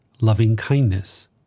Loving-kindness